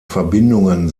verbindungen